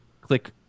click